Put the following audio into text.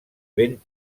ben